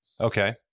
Okay